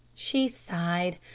she sighed.